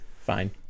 Fine